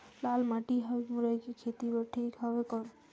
लाल माटी हवे मुरई के खेती बार ठीक हवे कौन?